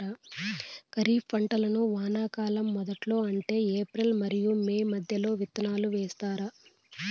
ఖరీఫ్ పంటలను వానాకాలం మొదట్లో అంటే ఏప్రిల్ మరియు మే మధ్యలో విత్తనాలు వేస్తారు